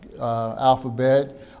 alphabet